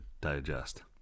digest